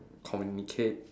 communicate